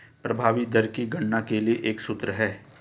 प्रभावी दर की गणना के लिए एक सूत्र है